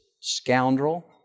scoundrel